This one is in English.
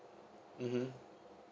mmhmm